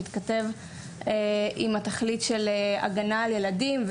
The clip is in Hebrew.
שמתכתב עם התכלית של הגנה על ילדים,